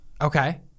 Okay